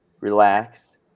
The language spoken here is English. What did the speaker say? relax